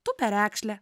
tu perekšlė